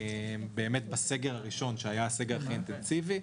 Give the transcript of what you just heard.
באמת בסגר הראשון שהיה הסגר הכי אינטנסיבי,